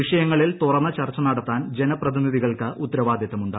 വിഷയങ്ങളിൽ തുറന്ന ചർച്ച നടത്താൻ ജനപ്രതിനിധി കൾക്ക് ഉത്തരവാദിത്തമുണ്ട്